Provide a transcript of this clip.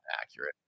accurate